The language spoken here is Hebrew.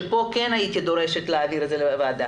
שכאן כן הייתי דורשת להעביר לוועדה.